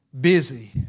busy